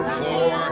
four